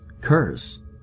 Curse